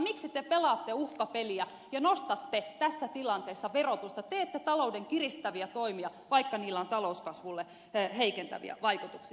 miksi te pelaatte uhkapeliä ja nostatte tässä tilanteessa verotusta teette talouden kiristäviä toimia vaikka niillä on talouskasvulle heikentäviä vaikutuksia